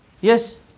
yes